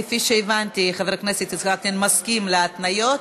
כפי שהבנתי, חבר הכנסת וקנין מסכים להתניות.